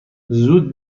زود